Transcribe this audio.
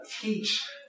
teach